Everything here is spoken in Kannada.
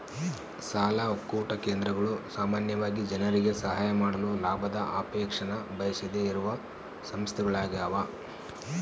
ಸಾಲ ಒಕ್ಕೂಟ ಕೇಂದ್ರಗಳು ಸಾಮಾನ್ಯವಾಗಿ ಜನರಿಗೆ ಸಹಾಯ ಮಾಡಲು ಲಾಭದ ಅಪೇಕ್ಷೆನ ಬಯಸದೆಯಿರುವ ಸಂಸ್ಥೆಗಳ್ಯಾಗವ